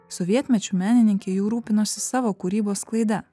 sovietmečiu menininkai jau rūpinosi savo kūrybos sklaida